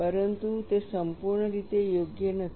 પરંતુ તે સંપૂર્ણ રીતે યોગ્ય નથી